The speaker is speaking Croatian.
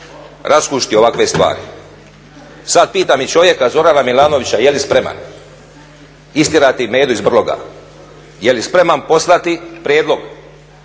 hrabrosti … ovakve stvari. Sad pitam i čovjeka Zorana Milanovića je li spreman istjerati medu iz brloga? Je li spreman poslati prijedlog